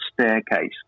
staircase